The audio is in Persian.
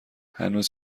هنوز